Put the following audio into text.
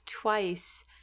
twice